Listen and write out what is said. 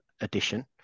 edition